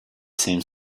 same